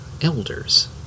elders